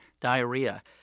diarrhea